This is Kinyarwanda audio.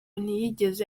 ntiyigeze